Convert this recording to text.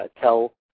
tell